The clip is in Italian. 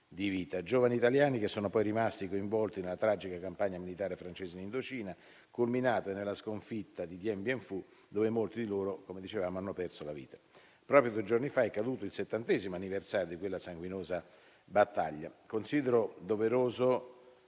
di vita. Giovani italiani che sono poi rimasti coinvolti nella tragica campagna militare francese in Indocina, culminata nella sconfitta di Dien Bien Phu, dove molti di loro, come dicevamo, hanno perso la vita. Proprio due giorni fa è caduto il settantesimo anniversario di quella sanguinosa battaglia. Considero doveroso